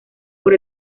por